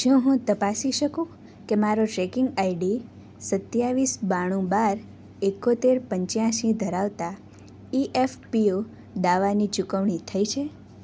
શું હું તપાસી શકું કે મારો ટ્રેકિંગ આઈડી સત્યાવીસ બાણું બાર ઇકોતેર પંચ્યાશી ધરાવતા ઇ એફ પી ઓ દાવાની ચુકવણી થઇ છે